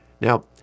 Now